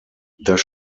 das